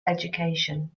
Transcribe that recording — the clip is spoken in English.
education